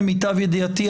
למיטב ידיעתי,